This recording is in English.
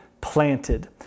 planted